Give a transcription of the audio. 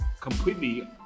completely